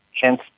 hence